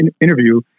interview